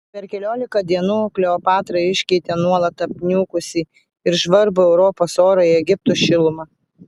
per keliolika dienų kleopatra iškeitė nuolat apniukusį ir žvarbų europos orą į egipto šilumą